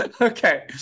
okay